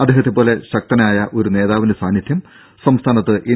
അദ്ദേഹത്തെ പോലെ ഉന്നതനായ ഒരു നേതാവിന്റെ സാന്നിധ്യം സംസ്ഥാനത്ത് എൻ